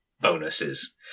bonuses